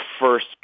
first